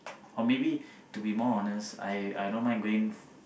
or maybe to more honest I I don't mind going